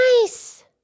Nice